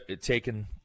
taken